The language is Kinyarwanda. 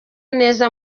neza